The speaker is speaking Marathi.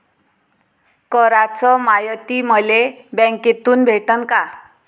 कराच मायती मले बँकेतून भेटन का?